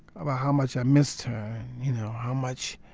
about how much i missed her, you know, how much,